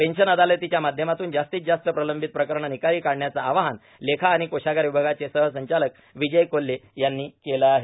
पशन अदालतच्या माध्यमातून जास्तीत जास्त प्रर्लंबत प्रकरणे र्णनकार्ला काढण्याचे आवाहन लेखा व कोषागारे र्वभागाचे सहसंचालक र्विजय कोल्हे यांनी केले आहे